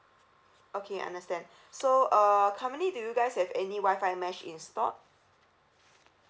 okay I understand so uh currently do you guys have any wi-fi mesh installed